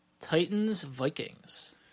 Titans-Vikings